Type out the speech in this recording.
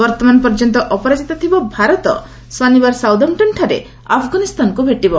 ବର୍ତ୍ତମାନ ପର୍ଯ୍ୟନ୍ତ ଅପରାଜିତ ଥିବା ଭାରତ ଶନିବାରଦିନ ସାଉଥାମ୍ପଟନ୍ଠାରେ ଆଫଗାନିସ୍ତାନକୁ ଭେଟିବ